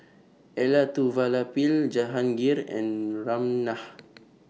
Elattuvalapil Jahangir and Ramnath